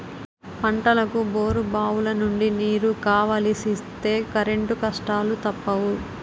పంటలకు బోరుబావులనుండి నీరు కావలిస్తే కరెంటు కష్టాలూ తప్పవు